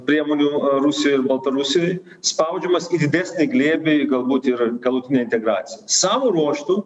priemonių rusijoj ir baltarusijoj spaudžiamas į didesnį glėbį galbūt ir galutinė integracija savo ruožtu